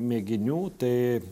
mėginių tai